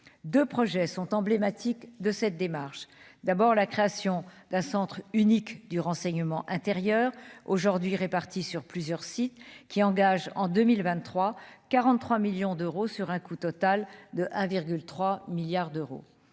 de projets sont emblématiques de cette démarche d'abord la création d'un centre unique du renseignement intérieur aujourd'hui répartis sur plusieurs sites qui engage en 2023 43 millions d'euros sur un coût total de 1,3 milliards d'euros,